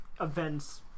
events